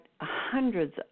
hundreds